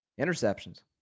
interceptions